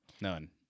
None